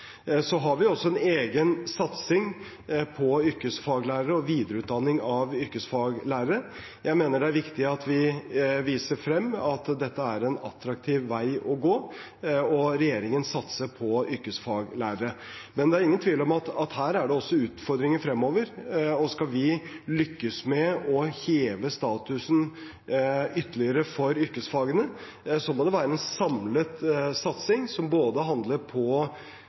Vi har også en egen satsing på yrkesfaglærere og videreutdanning av yrkesfaglærere. Jeg mener det er viktig at vi viser at dette er en attraktiv vei å gå, og at regjeringen satser på yrkesfaglærere. Det er ingen tvil om at det her også er utfordringer fremover. Skal vi lykkes med å heve statusen for yrkesfagene ytterligere, må det være en samlet satsing som handler både om de ulike studieløpene, om utstyr og om satsingen på